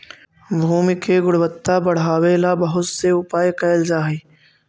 भूमि के गुणवत्ता बढ़ावे ला बहुत से उपाय कैल जा हई